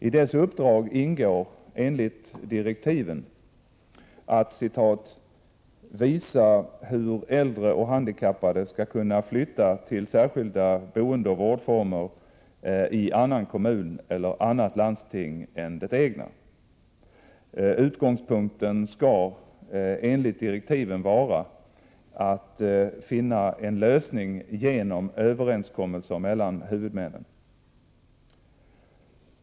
I dess uppdrag ingår enligt direktiven att ”visa hur äldre och handikappade skall kunna flytta till särskilda boendeoch vårdformer i annan kommun eller annat landsting än det egna”. Utgångspunkten skall, enligt direktiven, ”vara att finna en lösning genom överenskommelser mellan huvudmännen”.